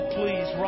please